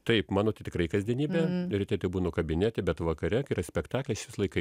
taip mano tai tikrai kasdienybė ryte tebūnu kabinete bet vakare kai yra spektaklis visą laiką